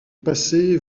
passé